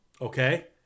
Okay